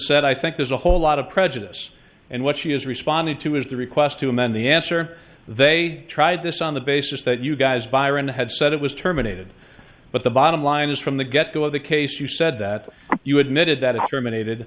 said i think there's a whole lot of prejudice and what she is responding to is the request to amend the answer they tried this on the basis that you guys byron had said it was terminated but the bottom line is from the get go of the case you said that you admitted that it terminated